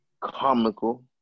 Comical